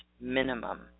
minimum